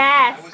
Yes